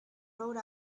rode